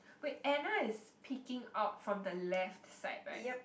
wait Anna is peeking out from the left side right